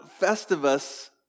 Festivus